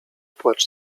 płacz